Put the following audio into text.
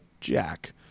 jack